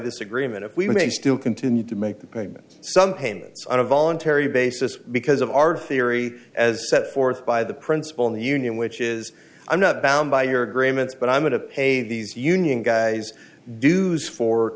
this agreement if we may still continue to make the payment some payments on a voluntary basis because of our theory as set forth by the principle of the union which is i'm not bound by your agreements but i'm going to pay these union guys d